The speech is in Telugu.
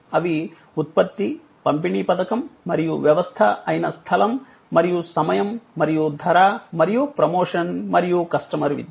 అవి ఉత్పత్తి పంపిణీ పథకం మరియు వ్యవస్థ అయిన స్థలం మరియు సమయం మరియు ధర మరియు ప్రమోషన్ మరియు కస్టమర్ విద్య